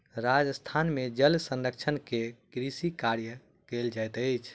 राजस्थान में जल संरक्षण कय के कृषि कार्य कयल जाइत अछि